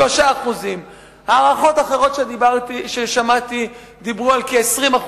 3%. הערכות אחרות ששמעתי דיברו על כ-20%.